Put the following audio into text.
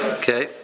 okay